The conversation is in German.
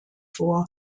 vor